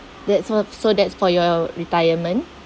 that's what so that's for your retirement